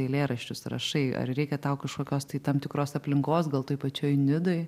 eilėraščius rašai ar reikia tau kažkokios tai tam tikros aplinkos gal toj pačioj nidoj